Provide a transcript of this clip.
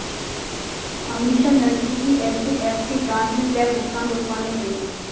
अमीषा नजदीकी HDFC branch में cheque भुगतान रुकवाने गई